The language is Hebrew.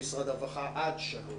במשרד הרווחה, עד גיל שלוש.